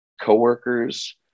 coworkers